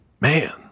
Man